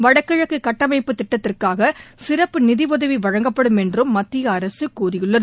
வடகிழக்கு கட்டமைப்பு திட்டத்திற்காக சிறப்பு நிதி உதவி வழங்கப்படும் என்றும் மத்திய அரசு கூறியுள்ளது